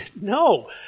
no